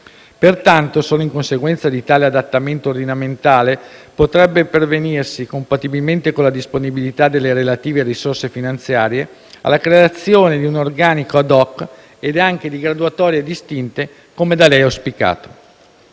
Pertanto, solo in conseguenza di tale adattamento ordinamentale potrebbe pervenirsi, compatibilmente con la disponibilità delle relative risorse finanziarie, alla creazione di un organico *ad hoc* ed anche di graduatorie distinte, come da lei auspicato.